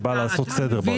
שבאה לעשות סדר.